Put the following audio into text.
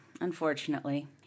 unfortunately